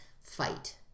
fight